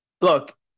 look